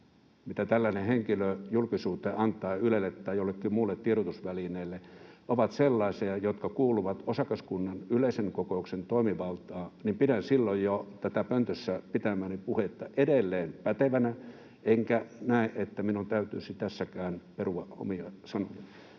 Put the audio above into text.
mitä tällainen henkilö julkisuuteen antaa — Ylelle tai jollekin muulle tiedotusvälineelle — ovat sellaisia, jotka kuuluvat osakaskunnan yleisen kokouksen toimivaltaan, niin pidän silloin tätä jo pöntössä pitämääni puhetta edelleen pätevänä, enkä näe, että minun täytyisi tässäkään perua omia sanojani.